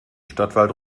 stadtwald